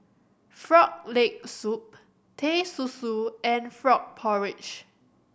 Frog Leg Soup Teh Susu and frog porridge